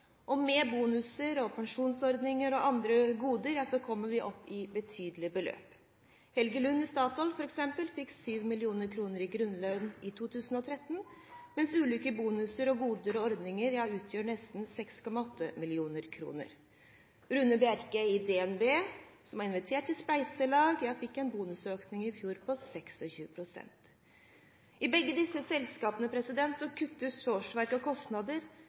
og med bonuser, pensjonsordninger og andre goder kommer vi opp i betydelige beløp. Helge Lund i Statoil, f.eks., fikk 7 mill. kr i grunnlønn i 2013, mens ulike bonuser, goder og ordninger utgjør nesten 6,8 mill. kr. Rune Bjerke i DNB, som har invitert til spleiselag, fikk en bonusøkning i fjor på 26 pst. I begge disse selskapene kuttes årsverk og kostnader, men lederlønningene omfattes ikke av